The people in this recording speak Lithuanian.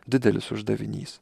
didelis uždavinys